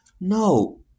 No